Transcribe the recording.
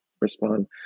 respond